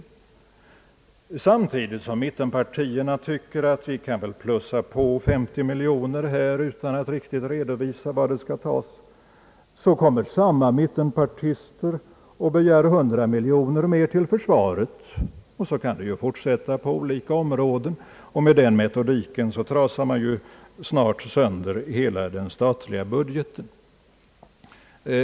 Samtidigt som mittenpartierna tycker att man kan plussa på 50 miljoner utan att närmare redovisa var pengarna skall tas kommer samma mittenpartister och begär 100 miljoner mer till försvaret. Och så kan det ju fortsätta på olika omåden. Med den metodiken trasar man ju snart sönder hela den statliga budgeten.